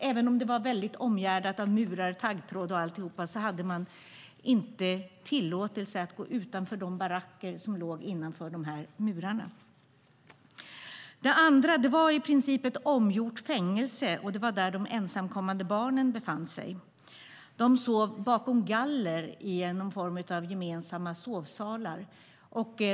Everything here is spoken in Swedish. Även om det var omgärdat av murar och taggtråd hade man inte tillåtelse att gå utanför de baracker som låg innanför murarna. Den andra var i princip ett omgjort fängelse, och det var där de ensamkommande barnen befann sig. De sov bakom galler i någon form av gemensamma sovsalar.